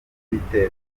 n’ibitero